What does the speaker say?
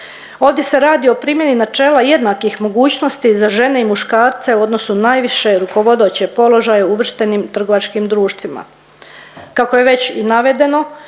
Ovdje se radi o primjeni načela jednakih mogućnosti za žene i muškarce u odnosu na najviše rukovodeće položaje u uvrštenim trgovačkim društvima.